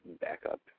backup